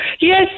Yes